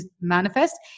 manifest